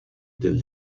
del